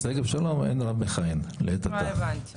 יש שוחטים שלא אמורים לצאת לחו"ל כי הם מבוגרים.